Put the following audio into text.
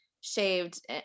shaved